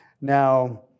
Now